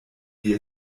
wie